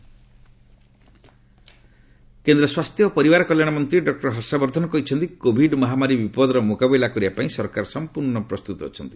Covid Harshvardhan କେନ୍ଦ୍ର ସ୍ୱାସ୍ଥ୍ୟ ଓ ପରିବାର କଲ୍ୟାଣ ମନ୍ତ୍ରୀ ଡକୁର ହର୍ଷବର୍ଦ୍ଧନ କହିଛନ୍ତି କୋଭିଡ୍ ମହାମାରୀ ବିପଦର ମୁକାବିଲା କରିବା ପାଇଁ ସରକାର ସମ୍ପର୍ଣ୍ଣ ପ୍ରସ୍ତୁତ ଅଛନ୍ତି